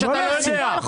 עכשיו.